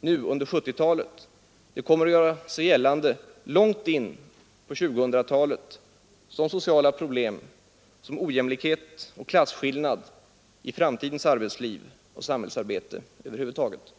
under 1970-talet, kommer att göra sig gällande långt in på 2000-talet som sociala problem, ojämlikhet och klasskillnader i framtidens arbetsliv och samhällsarbete över huvud taget.